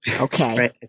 okay